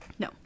no